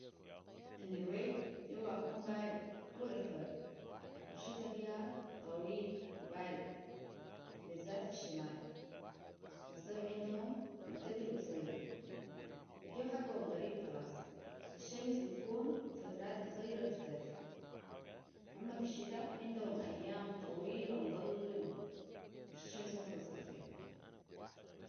النرويج جوها بكون بارد طول الحول والشتا فيها طويل وبارد بالذات في الشمال والصيف عندهم معتدل وقصير الجو حقهم غريب خلاص الشمس بتكون فترات قصيرة في الصيف أما في الشتا عندهم أيام طويلة مظلمة والشمس ما بتظهر فيها